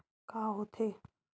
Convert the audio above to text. का होथे?